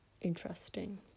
interesting